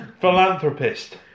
Philanthropist